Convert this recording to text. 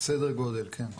סדר גודל, כן.